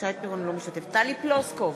טלי פלוסקוב,